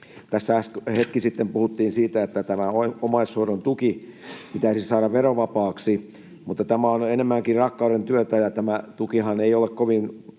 Tässä hetki sitten puhuttiin siitä, että tämä omaishoidon tuki pitäisi saada verovapaaksi, mutta tämä on enemmänkin rakkauden työtä, tämä tukihan ei ole kovin